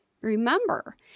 Remember